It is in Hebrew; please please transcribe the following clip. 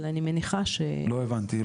אבל אני מניחה --- לא הבנתי.